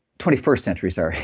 twenty first century, sorry.